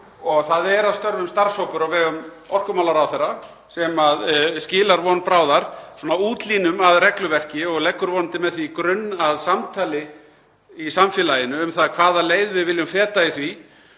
það er að störfum starfshópur á vegum orkumálaráðherra sem skilar von bráðar útlínum að regluverki og leggur vonandi með því grunn að samtali í samfélaginu um það hvaða leið við viljum feta í því.